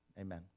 amen